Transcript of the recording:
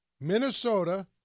Minnesota